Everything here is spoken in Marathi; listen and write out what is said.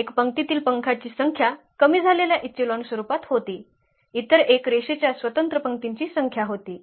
एक पंक्तीतील पंखांची संख्या कमी झालेल्या इचेलॉन स्वरूपात होती इतर एक रेषेच्या स्वतंत्र पंक्तींची संख्या होती